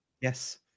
yes